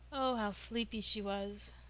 oh how sleepy she was!